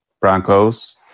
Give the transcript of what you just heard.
Broncos